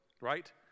right